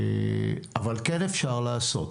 אבל כן אפשר לעשות.